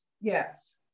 Yes